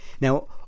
Now